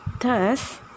Thus